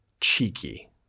cheeky